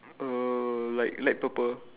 err like light purple